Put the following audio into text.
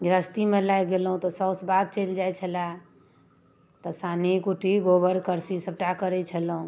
गृहस्थीमे लागि गेलहुँ तऽ साउस बाध चलि जाइ छल तऽ सानी कुट्टी गोबर करसी सबटा करै छलहुँ